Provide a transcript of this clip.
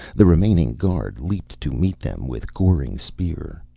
the remaining guard leaped to meet them with goring spear.